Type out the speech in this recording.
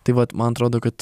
tai vat man atrodo kad